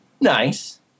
nice